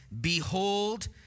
behold